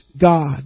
God